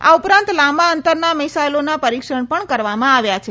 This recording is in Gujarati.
આ ઉપરાંત લાંબા અંતરના મિસાઈલોના પરીક્ષણ પણ કરવામાં આવ્યા છે